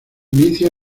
inicia